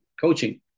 coaching